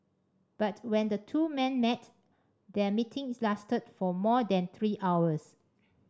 but when the two men met their meeting lasted for more than three hours